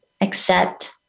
Accept